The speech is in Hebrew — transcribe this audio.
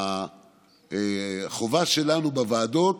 החובה שלנו בוועדות